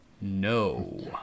No